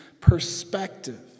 perspective